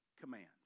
commands